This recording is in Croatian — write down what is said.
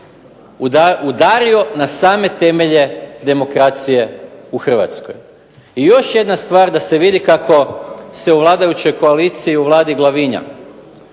udario na same temelje demokracije u Hrvatskoj. I još jedna stvar da se vidi kako se u vladajućoj koaliciji u Vladi glavinja.